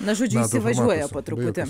na žodžiu įsvažiuoja po truputį